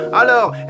Alors